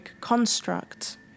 construct